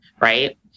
Right